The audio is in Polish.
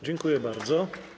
Dziękuję bardzo.